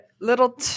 little